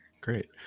Great